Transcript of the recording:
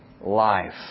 life